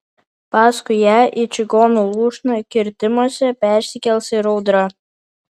paskui ją į čigonų lūšną kirtimuose persikels ir audra